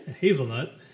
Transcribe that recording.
hazelnut